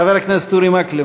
חבר הכנסת אורי מקלב,